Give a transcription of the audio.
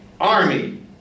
army